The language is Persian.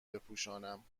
بپوشانم